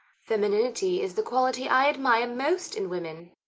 femininity is the quality i admire most in women.